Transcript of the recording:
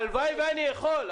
הלוואי ואני יכול.